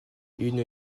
une